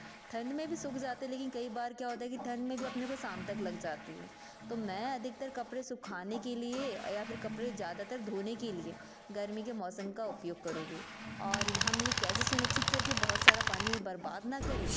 ठंड में भी सूख जाते हैं लेकिन कई बार क्या होता है कि ठंड में भी अपने को शाम तक लग जाती है तो मैं अधिकतर कपड़े सुखाने के लिए या फिर कपड़े ज़्यादातर धोने के लिए गर्मी के मौसम का उपयोग करूँगी और हम यह कैसे सुनिश्चित करें कि बहुत सारा पानी बर्बाद ना करें